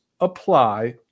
apply